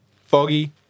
Foggy